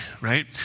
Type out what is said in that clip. right